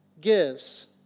gives